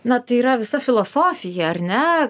na tai yra visa filosofija ar ne